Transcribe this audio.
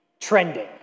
trending